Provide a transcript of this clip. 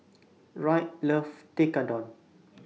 Wright loves Tekkadon